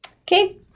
Okay